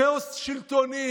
כאוס שלטוני,